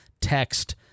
text